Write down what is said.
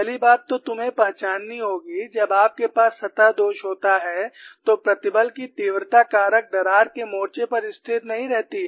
पहली बात तो तुम्हें पहचाननी होगी जब आपके पास सतह दोष होता है तो प्रतिबल की तीव्रता कारक दरार के मोर्चे पर स्थिर नहीं रहती है